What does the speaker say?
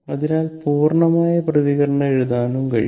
അതിനാൽ പൂർണ്ണമായ പ്രതികരണം എഴുതാനും കഴിയും